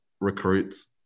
recruits